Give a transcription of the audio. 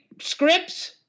scripts